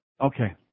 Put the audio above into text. Okay